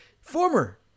former